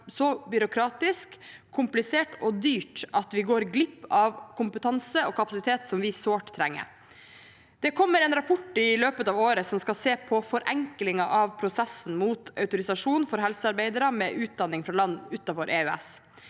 så byråkratisk, komplisert og dyrt at vi går glipp av kompetanse og kapasitet som vi sårt trenger. Det kommer en rapport i løpet av året som skal se på forenklinger av prosessen fram mot autorisasjon for helsearbeidere med utdanning fra land utenfor EØS.